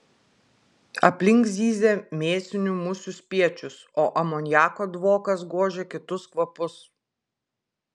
aplink zyzė mėsinių musių spiečius o amoniako dvokas gožė kitus kvapus